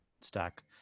stack